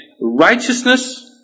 righteousness